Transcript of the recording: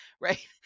Right